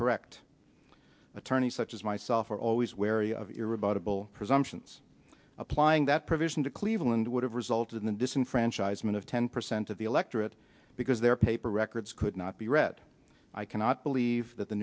correct attorney such as myself are always wary of your rebuttable presumption applying that provision to cleveland would have resulted in the disenfranchisement of ten percent of the electorate because their paper records could not be read i cannot believe that the